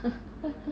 !huh!